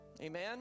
amen